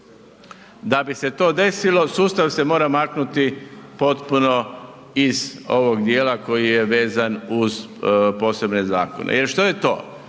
Da bi se to desilo sustav se mora maknuti potpuno iz ovog dijela koji je vezan uz posebne zakone. Jer što je to?